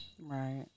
right